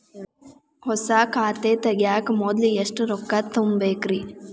ಹೊಸಾ ಖಾತೆ ತಗ್ಯಾಕ ಮೊದ್ಲ ಎಷ್ಟ ರೊಕ್ಕಾ ತುಂಬೇಕ್ರಿ?